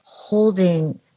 holding